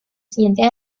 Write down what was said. siguiente